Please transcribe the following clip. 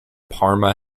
parma